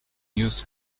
used